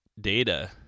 data